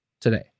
today